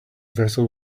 vessel